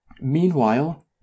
Meanwhile